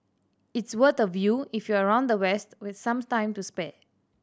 it's worth a view if you're around the west with some time to spare